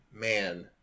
Man